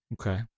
Okay